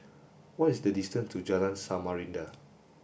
what is the distance to Jalan Samarinda